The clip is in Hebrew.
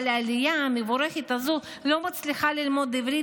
אבל העלייה המבורכת הזאת לא מצליחה ללמוד עברית